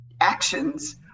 actions